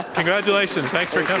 congratulations. thanks like um